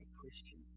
Christian